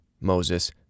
Moses